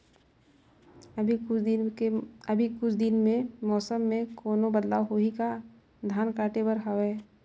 अभी कुछ दिन मे मौसम मे कोनो बदलाव होही का? धान काटे बर हवय?